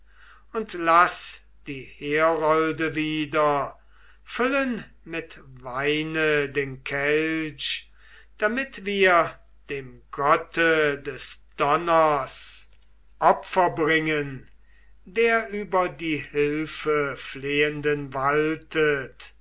und laß die herolde wieder füllen mit weine den kelch damit wir dem gotte des donners opfer bringen der über die hilfeflehenden waltet